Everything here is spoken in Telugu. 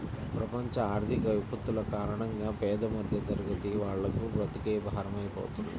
ప్రపంచ ఆర్థిక విపత్తుల కారణంగా పేద మధ్యతరగతి వాళ్లకు బ్రతుకే భారమైపోతుంది